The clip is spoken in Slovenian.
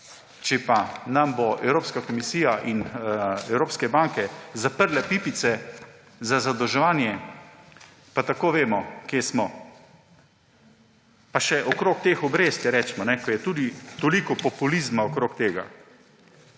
Če pa nam bodo Evropska komisija in evropske banke zaprle pipice za zadolževanje, pa tako vemo, kje smo. Pa še okrog teh obresti, recimo, ko je tudi toliko populizma okrog tega.